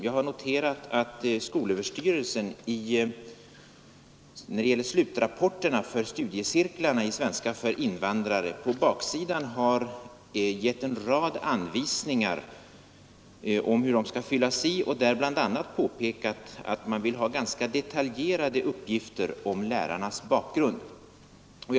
Jag har iakttagit att skolöverstyrelsen på baksidan av slutrapporterna för studiecirklarna i svenska för invandrare har givit en rad anvisningar för ifyllandet, där man bl.a. har påpekat att man vill ha ganska detaljerade uppgifter om lärarnas kvalifikationer.